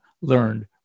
learned